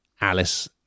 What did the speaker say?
Alice